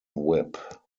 whip